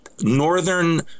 northern